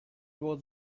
was